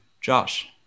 Josh